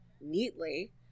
neatly